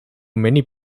many